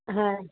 ਹਾਂ